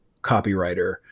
copywriter